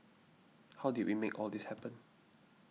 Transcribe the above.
how did we make all this happen